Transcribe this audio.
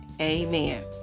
Amen